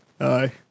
Aye